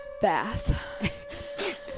bath